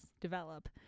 develop